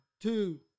two